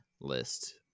list